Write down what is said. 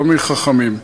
לא מחכמים.